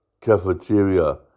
cafeteria